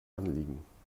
anliegen